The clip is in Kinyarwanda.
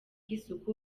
isuku